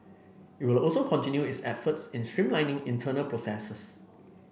it will also continue its efforts in streamlining internal processes